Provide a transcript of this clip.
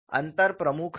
अंतर प्रमुख है